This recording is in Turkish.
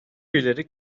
üyeleri